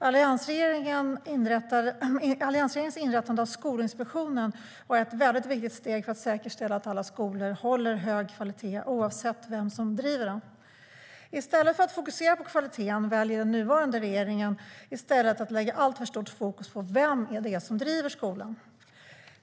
Alliansregeringens inrättande av Skolinspektionen var ett viktigt steg för att säkerställa att alla skolor håller hög kvalitet, oavsett vilka som driver dem.I stället för att fokusera på kvaliteten väljer den nuvarande regeringen att lägga alltför stort fokus på vem det är som driver skolan.